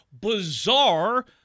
bizarre